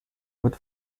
would